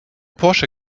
porsche